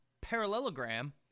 parallelogram